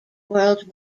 world